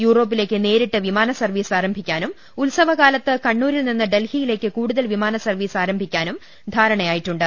യുറോപ്പിലേക്ക് നേരിട്ട് വിമാന സർവീസ് ആരംഭിക്കാനും ഉത്സവകാലത്ത് കണ്ണൂ രിൽ നിന്ന് ഡൽഹിയിലേക്ക് കൂടുതൽ വിമാന സർവീസ് ആരംഭി ക്കാനും ധാരണയായിട്ടുണ്ട്